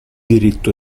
diritto